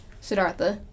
Siddhartha